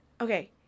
Okay